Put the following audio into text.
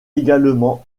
également